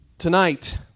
tonight